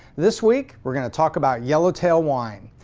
this week we're going to talk about yellow tail wine.